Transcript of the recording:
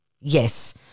Yes